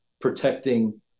protecting